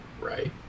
Right